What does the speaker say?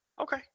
Okay